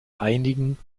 einigen